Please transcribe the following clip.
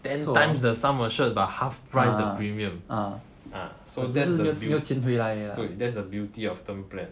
ten times the sum assured but half price the premium ah so then that's the beauty 对 that's the beauty of term plan